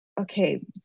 okay